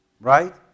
right